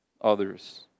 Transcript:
others